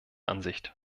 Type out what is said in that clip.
ansicht